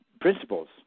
principles